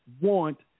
want